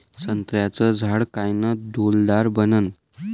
संत्र्याचं झाड कायनं डौलदार बनन?